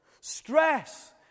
Stress